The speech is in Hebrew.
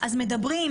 אז מדברים,